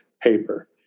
paper